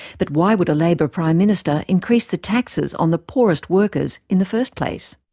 but why would a labour prime minister increase the taxes on the poorest workers in the first place?